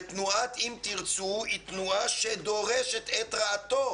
ותנועת "אם תרצו" היא תנועה שדורשת את רעתו